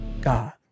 God